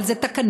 אבל זה תקנון.